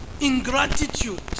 ingratitude